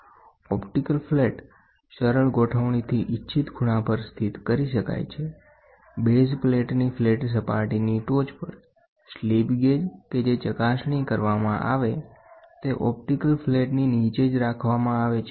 optical flat સરળ ગોઠવણીથી ઇચ્છિત ખૂણા પર સ્થિત કરી શકાય છેબેઝ પ્લેટની ફ્લેટ સપાટીની ટોચ પર સ્લિપ ગેજ કે જે ચકાસણી કરવામાં આવે તે ઓપ્ટિકલ ફ્લેટની નીચે જ રાખવામાં આવે છે